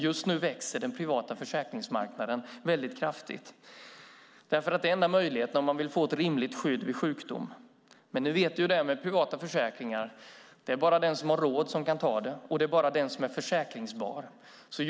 Just nu växer den privata försäkringsmarknaden väldigt kraftigt, för det är den enda möjligheten om man vill få ett rimligt skydd vid sjukdom. Men vi vet hur det är med privata försäkringar: Det är bara den som har råd och som är försäkringsbar som kan ta dem.